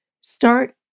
start